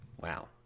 wow